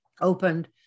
opened